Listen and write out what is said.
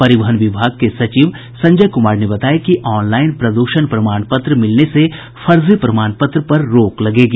परिवहन विभाग के सचिव संजय कुमार ने बताया कि ऑनलाइन प्रद्षण प्रमाण पत्र मिलने से फर्जी प्रमाण पत्र पर रोक लगेगी